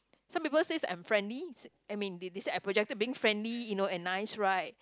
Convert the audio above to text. some people says I'm friendly say I mean they they say I projected being friendly you know and nice right